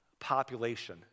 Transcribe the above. population